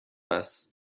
است